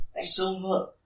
Silver